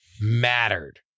mattered